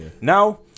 Now